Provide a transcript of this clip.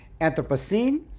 Anthropocene